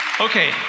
Okay